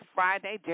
Friday